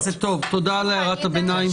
חבר הכנסת רוטמן, תודה על קריאת הביניים.